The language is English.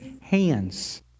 hands